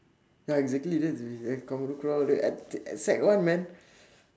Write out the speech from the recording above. ya exactly that's ridic~ commando crawl uh at at sec one man